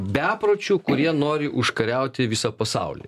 bepročių kurie nori užkariauti visą pasaulį